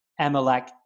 Amalak